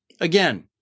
Again